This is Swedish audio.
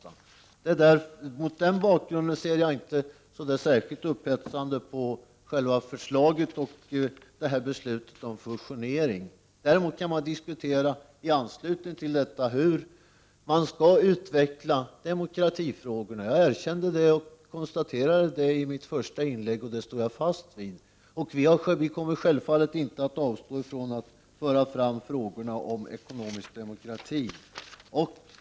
Mot den bakgrunden ser jag inte särskilt upphetsande på förslaget och beslutet om fusion. Däremot kan man naturligtvis i anslutning till detta diskutera hur demokratifrågorna skall utvecklas. Jag erkände det och konstaterade det i mitt första inlägg, och det står jag fast vid. Vi kommer självfallet inte att avstå från att föra fram frågorna om ekonomisk demokrati.